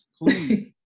Please